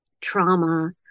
trauma